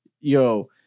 Yo